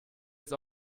ist